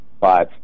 five